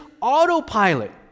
autopilot